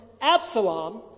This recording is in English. Absalom